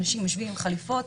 אנשים יושבים עם חליפות,